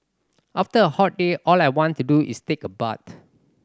after a hot day all I want to do is take a bath